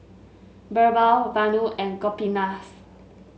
BirbaL Vanu and Gopinath